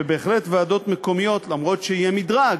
ובהחלט, ועדות מקומיות, למרות שיהיה מדרג,